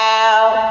out